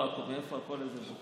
מאיפה הקול הזה בוקע?